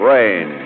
Rain